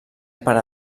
per